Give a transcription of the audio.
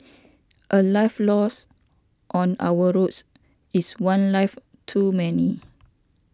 a life lost on our roads is one life too many